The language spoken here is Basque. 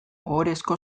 ohorezko